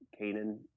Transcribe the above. Canaan